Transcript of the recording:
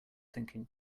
thinking